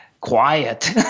quiet